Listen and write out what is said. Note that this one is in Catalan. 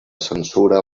censura